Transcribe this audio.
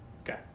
okay